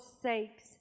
sakes